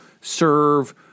serve